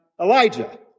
Elijah